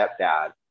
stepdad